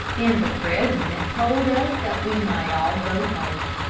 and the president told us that we might all go home.